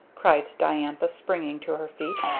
cried diantha springing to her feet.